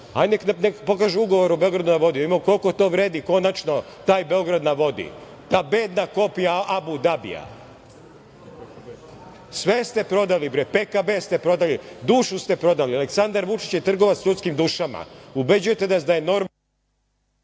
dan, nek pokaže ugovor o Beogradu na vodi, kolko to vredi konačno taj Beograd na vodi, ta bedna koplja Abu Dabija. Sve ste prodali, bre. PKB ste prodali, dušu ste prodali. Aleksandar Vučić je trgovac ljudskim dušama. Ubeđujete nas da je normalno…